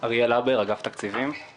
אריאל הבר, אגף תקציבים.